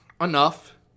enough